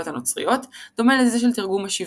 הנוצריות דומה לזה של תרגום השבעים,